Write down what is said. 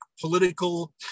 political